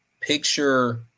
picture